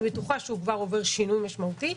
אני בטוחה שהוא עובר שינוי משמעותי,